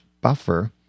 buffer